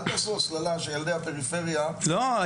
אל תעשו הסללה של ילדי הפריפריה --- לא,